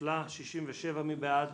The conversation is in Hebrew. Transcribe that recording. מי בעד,